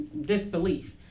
disbelief